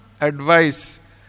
advice